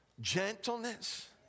gentleness